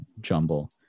jumble